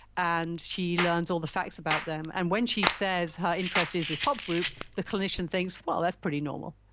and she learns all the facts about them, and when she says her interest is this pop group, the clinician thinks, well, that's pretty normal.